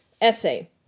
essay